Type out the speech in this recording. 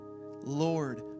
Lord